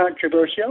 controversial